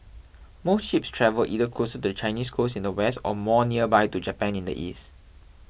most ships travel either closer to the Chinese coast in the west or more nearby to Japan in the east